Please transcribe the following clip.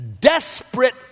desperate